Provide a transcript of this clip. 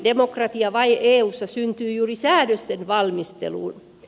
suurin demokratiavaje eussa syntyy juuri säädösten valmisteluun